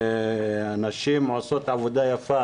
הנשים עושות עבודה יפה